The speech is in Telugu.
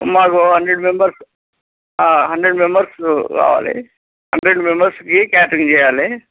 మాకు హండ్రెడ్ మెంబెర్స్ హండ్రెడ్ మెంబెర్స్ కావాలి హండ్రెడ్ మెంబెర్స్కి క్యాటరింగ్ చేయాలి